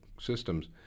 systems